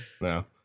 No